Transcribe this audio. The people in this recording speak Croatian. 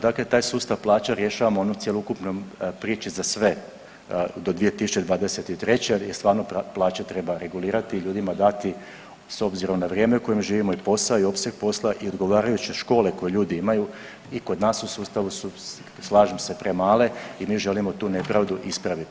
Dakle, taj sustav plaća rješavamo u onoj cjelokupnoj priči za sve do 2023. jer stvarno plaće treba regulirati i ljudima dati s obzirom na vrijeme u kojem živimo i posao i opseg posla i odgovarajuće škole koje ljudi imaju i kod nas u sustavu su slažem se premale i mi želimo tu nepravdu ispraviti.